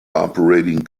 operating